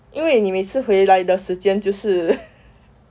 因为你每次回来的时间就是